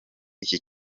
iki